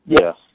Yes